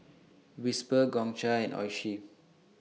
Whisper Gongcha and Oishi